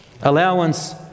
allowance